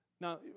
Now